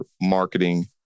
marketing